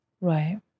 Right